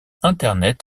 internet